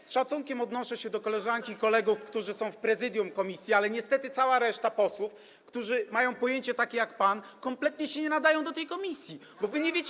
Z szacunkiem odnoszę się do koleżanki i kolegów, którzy są w prezydium komisji, ale niestety cała reszta posłów, którzy mają pojęcie takie jak pan, kompletnie się nie nadaje do tej komisji, bo wy nie wiecie.